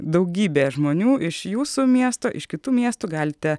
daugybė žmonių iš jūsų miesto iš kitų miestų galite